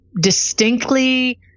distinctly